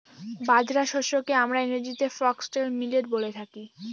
বাজরা শস্যকে আমরা ইংরেজিতে ফক্সটেল মিলেট বলে থাকি